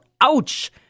Ouch